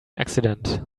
accident